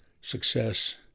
success